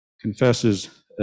confesses